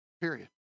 period